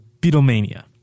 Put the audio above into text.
Beatlemania